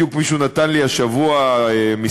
בדיוק מישהו נתן לי השבוע מספר,